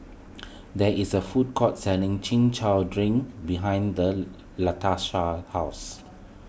there is a food court selling Chin Chow Drink behind Latasha's house